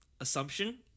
assumption